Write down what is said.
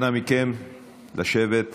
אנא מכם, לשבת.